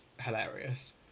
hilarious